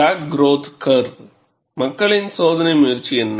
crack growth curve மக்களின் சோதனை முயற்சி என்ன